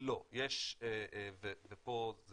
לא, ופה זה